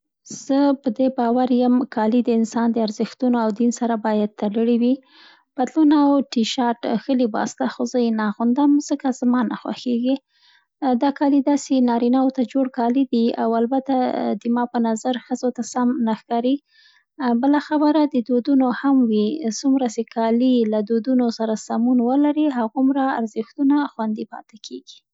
زه په دې باور یم، کالي د انسان د ارزښتونو او دین سره باید تړلي وي. پتلون او ټي شارت ښه لباس ده خو زه یې نه اغوندم، ځکه زما نه خوښېږي. دا کالي داسې نارینه وو ته جوړ کالي دی او البته، دي ما په نظر ښځو ته سم نه ښکاري. بله خبره د دودونو هم وي، څومره سي کالي له دود سره سمون ولري، هغومره ارزښتونه خوندي پاتې کېږي.